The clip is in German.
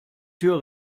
tür